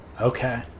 Okay